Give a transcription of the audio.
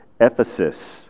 Ephesus